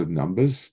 numbers